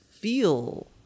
feel